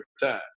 time